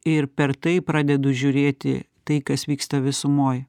ir per tai pradedu žiūrėti tai kas vyksta visumoj